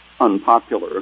unpopular